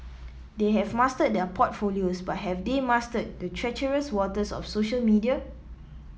they have mastered their portfolios but have they mastered the treacherous waters of social media